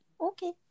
Okay